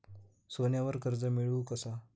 सोन्यावर कर्ज मिळवू कसा?